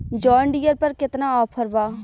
John Deere पर केतना offer बा?